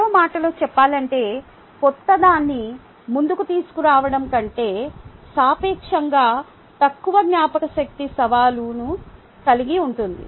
మరో మాటలో చెప్పాలంటే క్రొత్తదాన్ని ముందుకు తీసుకురావడం కంటే సాపేక్షంగా తక్కువ జ్ఞాపకశక్తి సవాలును కలిగి ఉంటుంది